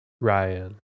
Ryan